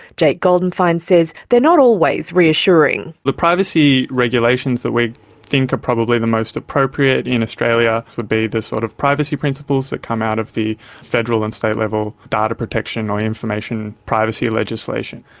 jake goldenfein says they're not always reassuring. the privacy regulations that we think are probably the most appropriate in australia would be the sort of privacy principles that come out of the federal and state level data protection or information privacy legislation.